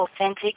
authentic